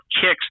kicks